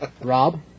rob